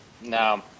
no